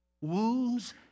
wounds